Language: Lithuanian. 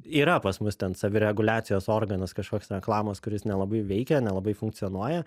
yra pas mus ten savireguliacijos organas kažkoks reklamos kuris nelabai veikia nelabai funkcionuoja